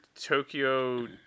Tokyo